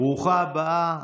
ברוכה הבאה.